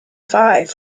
five